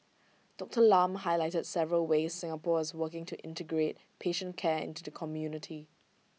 Doctor Lam highlighted several ways Singapore is working to integrate patient care into the community